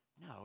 no